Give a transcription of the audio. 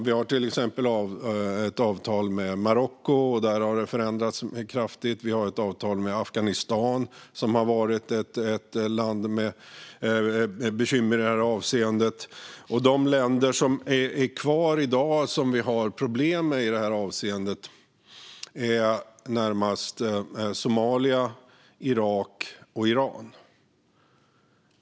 Vi har till exempel ett avtal med Marocko. Där har det förändrats kraftigt. Vi har ett avtal med Afghanistan, som har varit ett land med bekymmer i detta avseende. De länder som är kvar i dag och som vi har problem med i detta avseende är närmast Somalia, Irak och Iran.